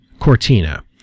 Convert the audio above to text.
Cortina